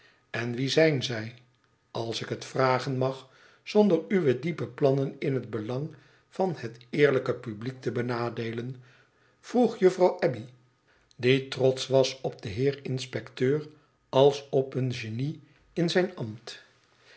n wie zijn zij als ik het vragen mag zonder uwe diepe plannen in het belang van het eerlijke publiek te benadeelen vroeg juffrouw abbey die trotsch was op den heer inspecteur als op een genie in zijn ambt